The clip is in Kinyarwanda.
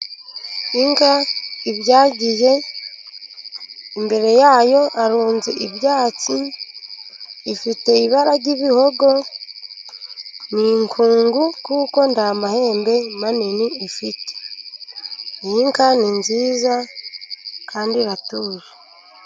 Imbwa ibyagiye, imbere yayo harunnze ibyatsi, ifite ibara ry'ibihogo ni inkungu, kuko nta mahembe manini ifite. Iyi nka ni nziza kandi iratuje.